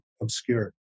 obscured